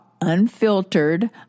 Unfiltered